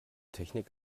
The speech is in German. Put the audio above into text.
technik